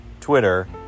Twitter